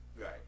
Right